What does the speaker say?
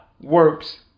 works